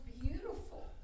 beautiful